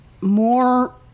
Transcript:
more